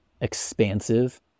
expansive